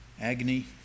agony